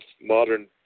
modern